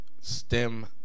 Stem